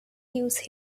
use